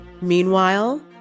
Meanwhile